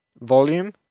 volume